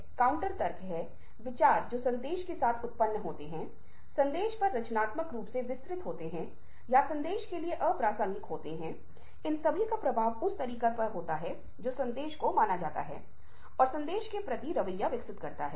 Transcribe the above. अब अगर आप इसे एक छोटी सी गतिविधि के रूप में करते हैं तो एक समूह में अचानक यह एहसास होता है कि आपने यह बात सुन ली है और आप चुप हो जाते हैं और एक वक्ता के रूप में भाग नहीं लेते हैं लेकिन चुपचाप दूसरे लोगों को सुनते हैं